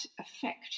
affect